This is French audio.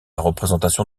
représentation